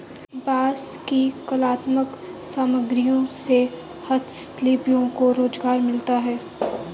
बाँस की कलात्मक सामग्रियों से हस्तशिल्पियों को रोजगार मिलता है